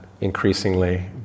increasingly